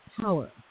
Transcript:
power